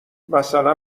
مثلا